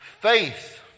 Faith